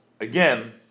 again